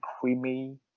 creamy